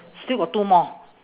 still got two more